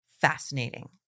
fascinating